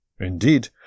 Indeed